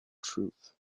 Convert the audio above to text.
truth